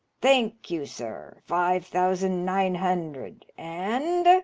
thank you, sir. five thousand nine hundred. and?